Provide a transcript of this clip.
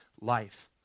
life